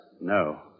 No